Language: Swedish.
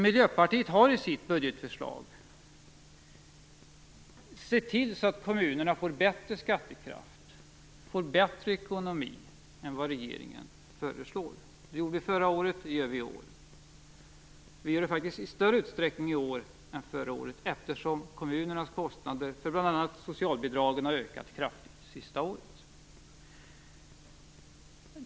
Miljöpartiet har i sitt budgetförslag sett till att kommunerna får bättre skattekraft, bättre ekonomi än regeringen föreslår. Det gjorde vi förra året, det gör vi i år. Vi gör det faktiskt i större utsträckning i år än förra året, eftersom kommunernas kostnader för bl.a. socialbidragen har ökat kraftigt det senaste året.